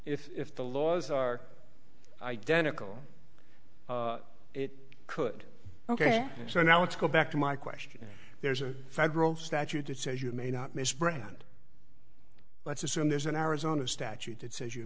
if the laws are identical it could ok so now let's go back to my question there's a federal statute that says you may not miss brettan and let's assume there's an arizona statute that says you